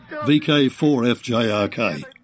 VK4FJRK